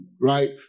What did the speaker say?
right